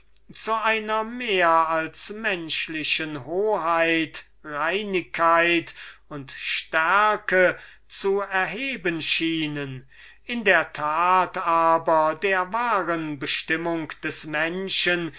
zu einer mehr als menschlichen hoheit reinigkeit und stärke zu erheben schienen in der tat aber der wahren bestimmung des menschen